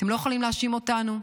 אתם לא יכולים להאשים אותנו,